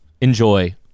enjoy